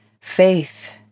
Faith